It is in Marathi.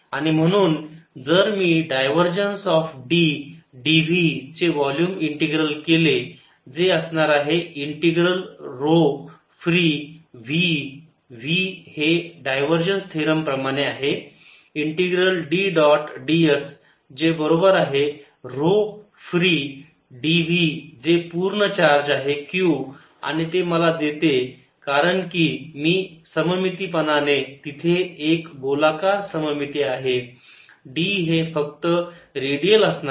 आणि म्हणुन जर मी डायव्हरजन्स ऑफ D dv चे वोल्युम इंटीग्रल केले जे असणार आहे integral rho free v v हे डायव्हरजन्स थेरोम प्रमाणे आहे इंटिग्रल D डॉट ds जे बरोबर आहे ऱ्हो फ्री dv जे पूर्ण चार्ज आहे Q आणि ते मला देते कारण की सममीतीपनाने तिथे एक गोलाकार सममीती आहे D हे फक्त रेडियल असणार आहे